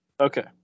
Okay